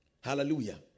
Hallelujah